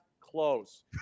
close